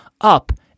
up